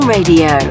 Radio